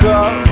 up